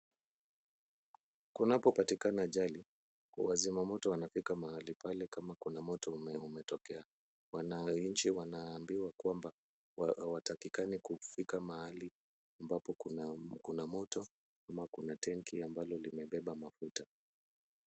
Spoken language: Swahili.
Kunapopatikana ajali, wazima moto wanafika mahali pale kama kuna moto umetokea, wananchi wanaambiwa kwamba hawatakikani kufika mahali ambapo kuna moto ama kuna tenki ambalo limebeba mafuta.